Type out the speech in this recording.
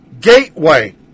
gateway